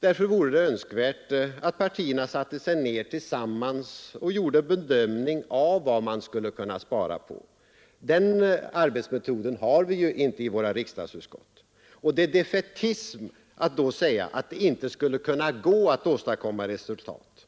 Därför vore det önskvärt att partierna satte sig ner och tillsammans gjorde en bedömning av vad man skulle kunna spara på. Den arbetsmetoden har vi ju inte i våra riksdagsutskott. Det är defaitism att säga att det inte skulle kunna gå att åstadkomma resultat.